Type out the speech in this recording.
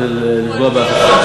אני לא רוצה לפגוע באף אחד.